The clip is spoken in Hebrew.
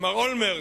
שמר אולמרט,